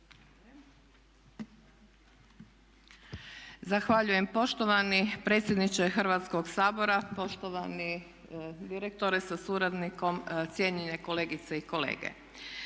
Zahvaljujem. Poštovani predsjedniče Hrvatskoga sabora, poštovani direktore sa suradnikom, cijenjene kolegice i kolege.